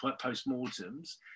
post-mortems